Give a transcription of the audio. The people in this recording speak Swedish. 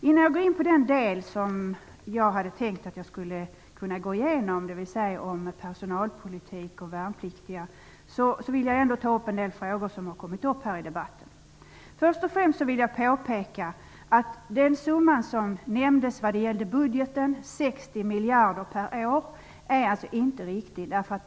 Innan jag går in på området personalpolitik och värnpliktiga vill jag ta upp en del frågor som har tagits upp här i debatten. Först och främst vill jag påpeka att den summa som nämndes vad gällde budgeten, 60 miljarder per år, inte stämmer.